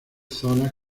zonas